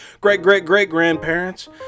great-great-great-grandparents